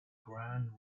grand